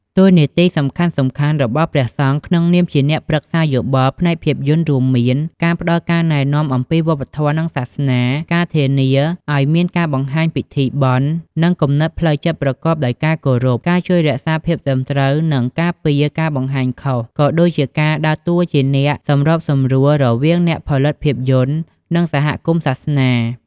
តួនាទីសំខាន់ៗរបស់ព្រះសង្ឃក្នុងនាមជាអ្នកប្រឹក្សាយោបល់ផ្នែកភាពយន្តរួមមាន ការផ្ដល់ការណែនាំអំពីវប្បធម៌ និងសាសនា ការធានាឲ្យមានការបង្ហាញពិធីបុណ្យ និងគំនិតផ្លូវចិត្តប្រកបដោយការគោរព ការជួយរក្សាភាពត្រឹមត្រូវ និងការពារការបង្ហាញខុស ក៏ដូចជាការដើរតួជាអ្នកសម្របសម្រួលរវាងអ្នកផលិតភាពយន្ត និងសហគមន៍សាសនា។